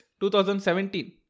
2017